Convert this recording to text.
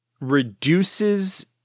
reduces